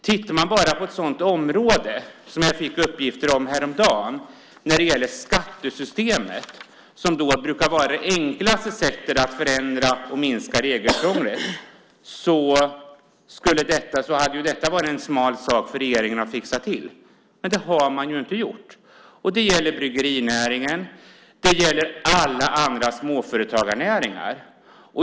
Tittar man på ett sådant område som skattesystemet, vilket jag fick uppgifter om häromdagen och som brukar vara det enklaste sättet att förändra och minska regelkrånglet i, hade det varit en smal sak för regeringen att fixa till det. Men det har inte skett. Det gäller bryggerinäringen och alla andra småföretagarnäringar.